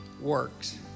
works